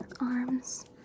arms